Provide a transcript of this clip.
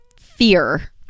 fear